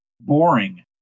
Boring